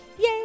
Yay